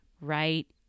right